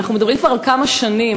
אנחנו מדברים על כמה שנים.